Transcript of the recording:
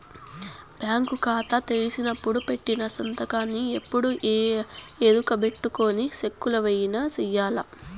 bank కాతా తెరిసినపుడు పెట్టిన సంతకాన్నే ఎప్పుడూ ఈ ఎరుకబెట్టుకొని సెక్కులవైన సెయ్యాల